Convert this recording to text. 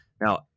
Now